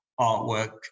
artwork